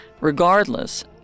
Regardless